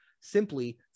simply